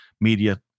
media